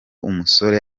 umusore